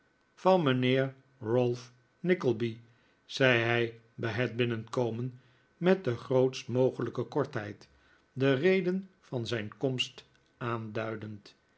van mijnheer ralph nickleby zei hij bij het binnenkomen met de grootst mogelijke kortheid de reden van zijn komst aanduidend